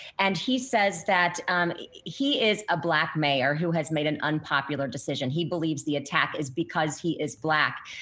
and he says that um he is a black mayor who has made an unpopular decision. he believes the attack is because he is black.